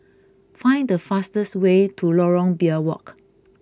find the fastest way to Lorong Biawak